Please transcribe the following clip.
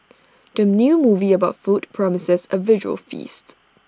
the new movie about food promises A visual feast